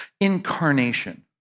Incarnation